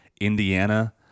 Indiana